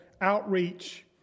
outreach